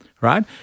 right